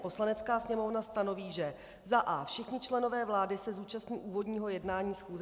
Poslanecká sněmovna stanoví, že a) všichni členové vlády se zúčastní úvodního jednání schůze